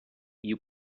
you